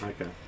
Okay